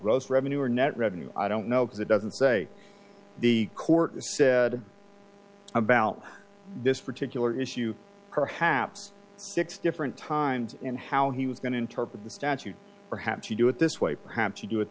gross revenue or net revenue i don't know because it doesn't say the court said about this particular issue perhaps six different times and how he was going to interpret the statute perhaps you do it this way perhaps you do it